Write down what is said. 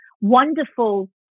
wonderful